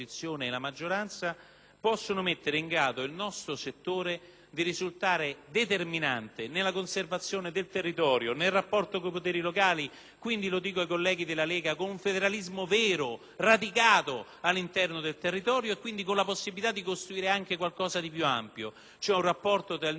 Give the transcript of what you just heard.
può mettere il nostro settore in grado di risultare determinante nella conservazione del territorio, nel rapporto con i poteri locali e - mi rivolgo ai colleghi della Lega - con un federalismo vero, radicato all'interno del territorio. Vi è la possibilità di costruire qualcosa di più ampio, ossia un rapporto tra il Nord e il Sud del mondo più equilibrato,